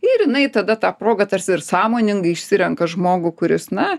ir jinai tada ta proga tarsi ir sąmoningai išsirenka žmogų kuris na